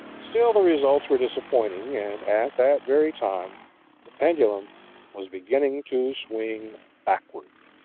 still the results were disappointing and at that very time the pendulum was beginning to swing backward.